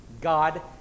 god